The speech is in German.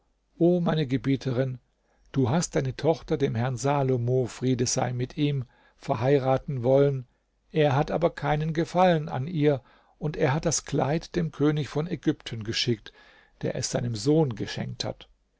o meine gebieterin du hast deine tochter dem herrn salomo friede sei mit ihm verheiraten wollen er hat aber keinen gefallen an ihr und hat das kleid dem könig von ägypten geschickt der es seinem sohn geschenkt hat